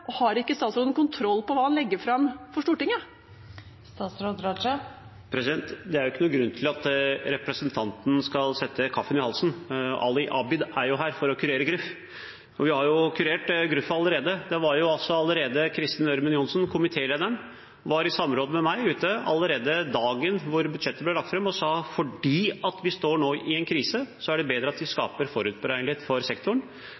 Og har ikke statsråden kontroll på hva han legger fram for Stortinget? Det er ikke noen grunn til at representanten skal sette kaffen i halsen. Ali Abid er jo her for å kurere gruff! Og vi har jo kurert gruff allerede. Kristin Ørmen Johnsen, komitélederen, var, i samråd med meg, ute allerede dagen budsjettet ble lagt fram, og sa at fordi vi nå står i en krise, er det bedre at vi skaper forutberegnelighet for sektoren.